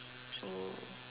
hmm